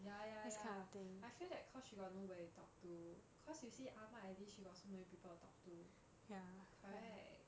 ya ya ya I feel that cause she got nobody to talk to cause you see 阿嬤 at least she still got so many people to talk to correct